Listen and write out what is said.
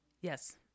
yes